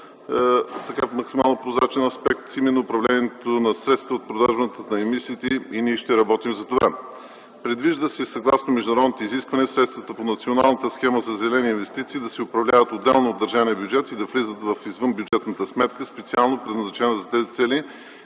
стане в максимално прозрачен аспект – именно управлението на средствата от продажбата на емисиите, и ние ще работим за това. Предвижда се съгласно международните изисквания средствата по Националната схема за зелени инвестиции да се управляват отделно от държавния бюджет и да влизат в извънбюджетната сметка, специално предназначена за тези цели,